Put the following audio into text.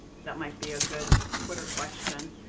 that might be a good twitter question.